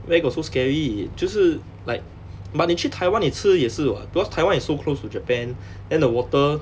where got so scary 就是 like but 你去 taiwan 你吃也是 [what] because taiwan is so close to japan then the water